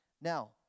Now